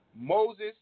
Moses